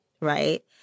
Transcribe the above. Right